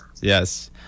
Yes